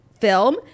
film